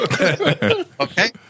Okay